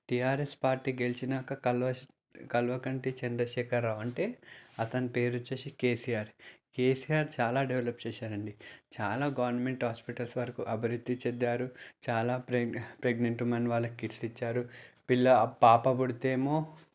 TRS party గెలిచినాక కల్వ కల్వకంటి చంద్రశేఖర్రావ్ అంటే అతని పేరు వచ్చి కేసీఆర్ కేసీఆర్ చాలా డెవలప్ చేశారండి చాలా గవర్నమెంట్ హాస్పిటల్స్ వరకు అభివృద్ధి చెందారు చాలా ప్రెగ్నె ప్రెగ్నెంట్ ఉమెన్ వాళ్ళకి కిట్స్ ఇచ్చారు పిల్ల పాప పుడితే ఏమో